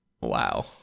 wow